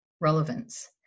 relevance